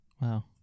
Wow